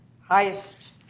highest